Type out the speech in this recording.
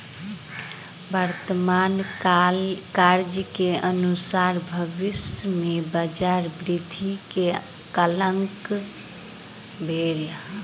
वर्तमान कार्य के अनुसारे भविष्य में बजार वृद्धि के आंकलन भेल